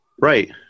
Right